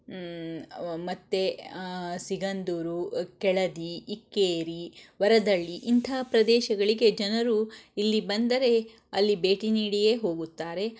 ಮತ್ತೆ ಸಿಗಂದೂರು ಕೆಳದಿ ಇಕ್ಕೇರಿ ವರದಳ್ಳಿ ಇಂಥ ಪ್ರದೇಶಗಳಿಗೆ ಜನರು ಇಲ್ಲಿ ಬಂದರೆ ಅಲ್ಲಿ ಭೇಟಿ ನೀಡಿಯೇ ಹೋಗುತ್ತಾರೆ